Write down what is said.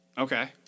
Okay